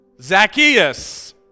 Zacchaeus